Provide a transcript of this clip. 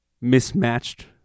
mismatched